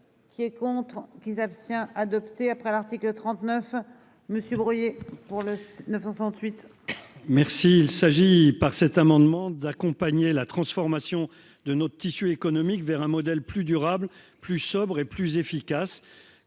Qui est contre qui s'abstient adoptée après l'article 39. Monsieur brouillée pour le neuf enfants de suite. Merci. Il s'agit par cet amendement d'accompagner la transformation de notre tissu économique vers un modèle plus durable, plus sobre et plus efficaces